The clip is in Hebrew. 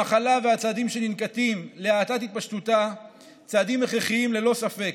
המחלה והצעדים שננקטים להאטת התפשטותה הם צעדים הכרחיים ללא ספק,